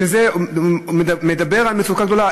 וזה אומר שהמצוקה גדולה.